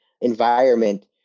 environment